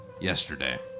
yesterday